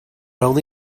only